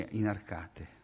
inarcate